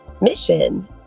mission